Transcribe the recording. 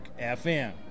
FM